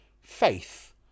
Faith